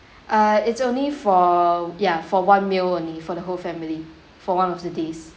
uh it's only for ya for one meal only for the whole family for one of the days